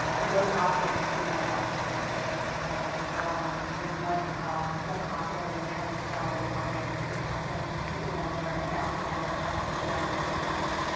and those authors, too, i also tried to diversify as well. there's one one author named kelly starling lyons who also is a member a founding member of the brown bookshelf,